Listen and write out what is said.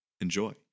enjoy